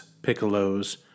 piccolos